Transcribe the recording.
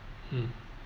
mm